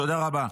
תודה רבה.